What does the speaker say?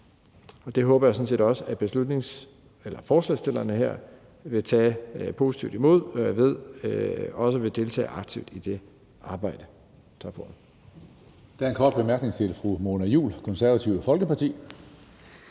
det håber jeg sådan set også at forslagsstillerne her vil tage positivt imod, også ved at deltage aktivt i det arbejde. Tak for